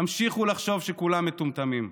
תמשיכו לחשוב שכולם מטומטמים,